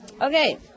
Okay